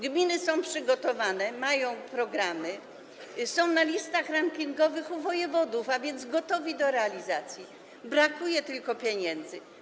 Gminy są przygotowane, mają programy, są one na listach rankingowych u wojewodów, a więc są gotowe do realizacji, brakuje tylko pieniędzy.